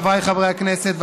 חבריי חברי הכנסת,